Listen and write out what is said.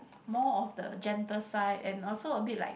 more of the gentle side and also a bit like